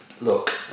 look